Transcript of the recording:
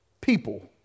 people